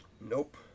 Nope